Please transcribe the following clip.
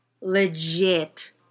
legit